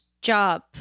job